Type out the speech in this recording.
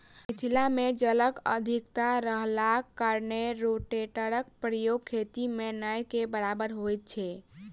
मिथिला मे जलक अधिकता रहलाक कारणेँ रोटेटरक प्रयोग खेती मे नै के बराबर होइत छै